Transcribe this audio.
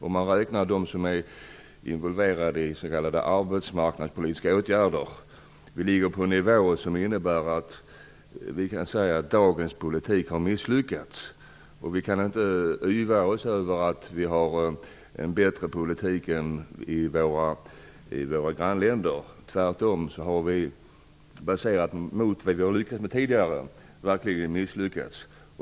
Om man räknar dem som är involverade i s.k. arbetsmarknadspolitiska åtgärder ligger vi på en nivå som gör att vi kan säga att dagens politik har misslyckats. Vi kan inte yvas över att vi har en bättre politik än våra grannländer. Tvärtom har vi verkligen misslyckats här jämfört med tidigare. Fru talman!